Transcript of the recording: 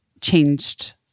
changed